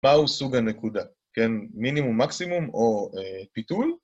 מהו סוג הנקודה, כן? מינימום מקסימום או פיתול